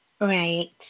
right